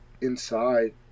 inside